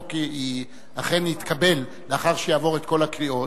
החוק אכן יתקבל לאחר שיעבור את כל הקריאות,